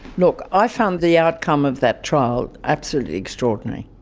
look i found the outcome of that trial absolutely extraordinary.